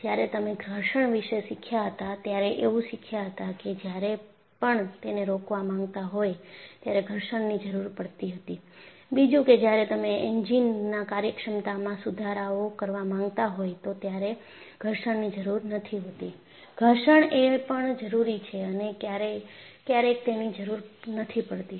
જ્યારે તમે ઘર્ષણ વિશે શીખ્યા હતા ત્યારે એવું શીખ્યા હતા કે જયારે પણ એને રોકવા માંગતા હોય ત્યારે ઘર્ષણની જરૂરી પડતી હતીબીજું કે જ્યારે તમે એન્જિનના કાર્યક્ષમતામાં સુધારોઓ કરવા માંગતા હોય તો ત્યારે ઘર્ષણની જરૂરી નથી હોતી ઘર્ષણ એ પણ જરૂરી છે અને ક્યારેક તેની જરૂર નથી પડતી